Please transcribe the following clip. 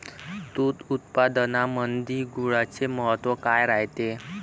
दूध उत्पादनामंदी गुळाचे महत्व काय रायते?